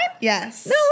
yes